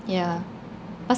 yeah but